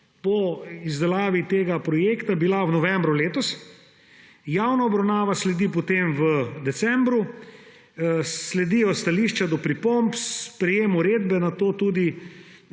po izdelavi tega projekta bila v novembru letos, javna obravnava sledi potem v decembru, sledijo stališča do pripomb, sprejem uredbe, nato pa